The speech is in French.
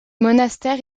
monastère